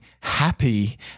happy